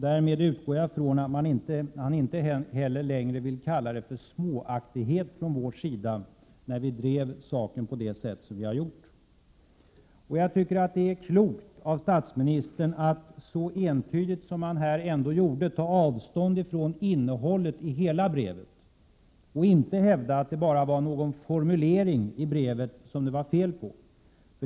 Därmed utgår jag ifrån att han inte heller längre vill kalla det för småaktighet från vår sida, när vi drev saken på det sätt som vi gjorde. Jag tycker att det är klokt av statsministern att så entydigt som han här ändå gjorde ta avstånd från innehållet i hela brevet och inte hävda att det bara var någon formulering i brevet som det var fel på.